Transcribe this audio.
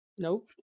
Nope